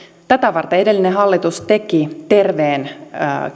tätä varten edellinen hallitus teki terveen